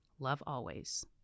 lovealways